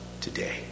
today